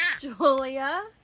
Julia